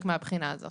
זה רק מהבחינה הזאת.